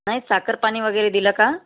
नाही साखरपाणी वगैरे दिलं का